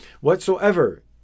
Whatsoever